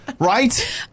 Right